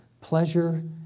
pleasure